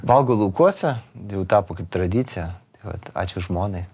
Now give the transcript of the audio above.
valgau laukuose jau tapo kaip tradicija tai vat ačiū žmonai